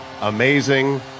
Amazing